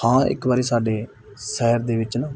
ਹਾਂ ਇੱਕ ਵਾਰੀ ਸਾਡੇ ਸ਼ਹਿਰ ਦੇ ਵਿੱਚ ਨਾ